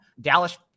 Dallas